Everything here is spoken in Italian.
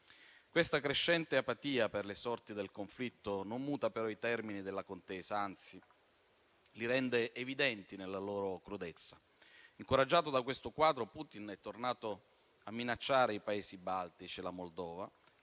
Questa crescente apatia per le sorti del conflitto non muta però i termini della contesa, anzi li rende evidenti nella loro crudezza. Incoraggiato da questo quadro, Putin è tornato a minacciare i Paesi baltici e la Moldova,